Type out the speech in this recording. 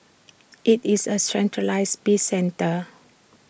IT is A centralised bin centre